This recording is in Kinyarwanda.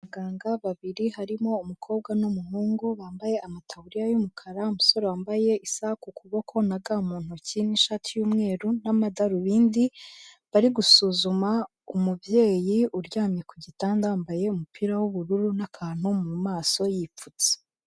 Abaganga babiri, harimo umukobwa n'umuhungu bambaye amataburiya y'umukara, umusore wambaye isaha ku kuboko, na ga mu ntoki, n'ishati y'umweru, n'amadarubindi, bari gusuzuma umubyeyi uryamye ku gitanda wambaye umupira w'ubururu n'akantu mu maso yipfutse.